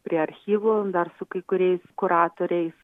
prie archyvų dar su kai kuriais kuratoriais